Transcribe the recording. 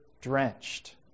drenched